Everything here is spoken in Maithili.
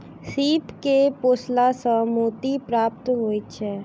सीप के पोसला सॅ मोती प्राप्त होइत छै